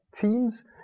teams